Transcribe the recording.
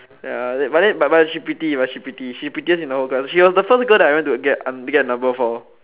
ya but then but but she pretty she pretty she prettiest in the whole class she was the first girl that I went to get to get a number for